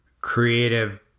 creative